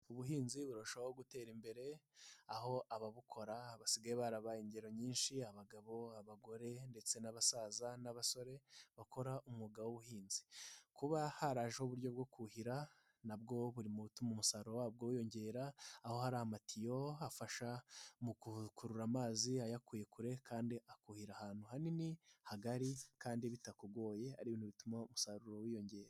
Ubuhinzi burushaho gutera imbere. Aho ababukora basigaye barabaye ingero nyinshi: abagabo, abagore ndetse n'abasaza n'abasore bakora umwuga w'ubuhinzi. Kuba haraje uburyo bwo kuhira nabwo buri mubituma umusaruro wabwo wiyongera. Aho hari amatiyo afasha mu gukurura amazi ayakuye kure kandi akuhira ahantu hanini, hagari kandi bitakugoye. Ari ibintu bituma umusaruro wiyongera.